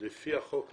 לפי החוק הקיים.